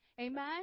Amen